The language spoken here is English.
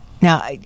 Now